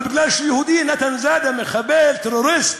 אבל מכיוון שהוא יהודי, נתן-זאדה, מחבל, טרוריסט,